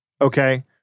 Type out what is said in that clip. Okay